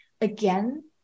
again